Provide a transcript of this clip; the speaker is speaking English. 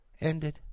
Ended